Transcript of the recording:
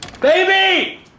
baby